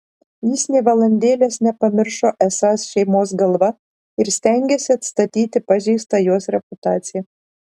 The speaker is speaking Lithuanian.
jis nė valandėlės nepamiršo esąs šeimos galva ir stengėsi atstatyti pažeistą jos reputaciją